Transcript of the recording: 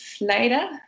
later